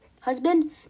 husband